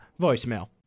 voicemail